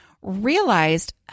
Realized